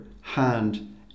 hand